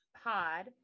pod